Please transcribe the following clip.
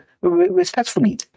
respectfully